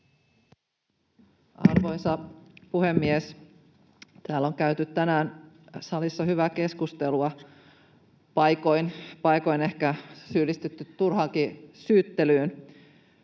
Arvoisa puhemies! Täällä salissa on käyty tänään hyvää keskustelua, paikoin ehkä syyllistytty turhaankin syyttelyyn.